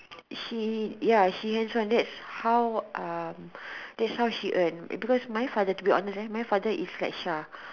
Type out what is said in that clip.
she ya she hands on that's how um that's how she earn because my father to be honest my father is like Sha